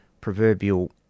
proverbial